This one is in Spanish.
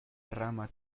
rama